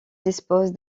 dispose